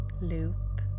loop